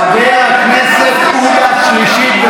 חבר הכנסת עודה, שלישית.